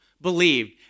believed